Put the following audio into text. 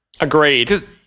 Agreed